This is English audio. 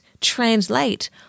translate